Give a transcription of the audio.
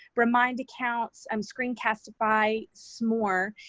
remind accounts, um screencastify, smore.